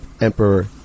emperor